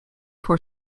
for